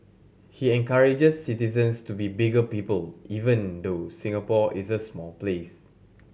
he encourages citizens to be bigger people even though Singapore is a small place